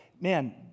man